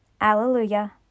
Alleluia